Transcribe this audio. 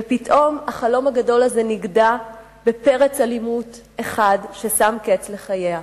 ופתאום החלום הגדול הזה נגדע בפרץ אלימות אחד ששם קץ לחייה.